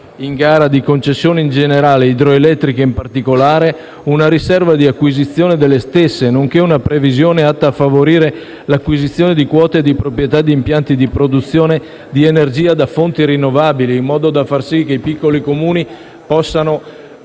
in gara di concessioni in generale, idroelettriche in particolare, una riserva di acquisizione delle stesse nonché una previsione atta a favorire l'acquisizione di quote di proprietà di impianti di produzione di energia da fonti rinnovabili, in modo da far sì che i piccoli Comuni potessero